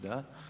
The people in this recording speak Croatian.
Da.